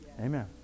Amen